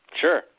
Sure